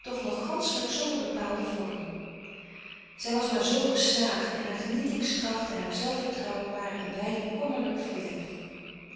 doch nog ganschelijk zonder bepaalden vorm zij was maar zoo geslagen en haar genietingskracht en haar zelfvertrouwen waren een wijle kommerlijk verlept